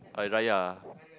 Hari-Raya